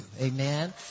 amen